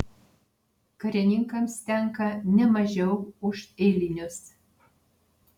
karininkams tenka ne mažiau už eilinius